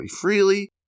freely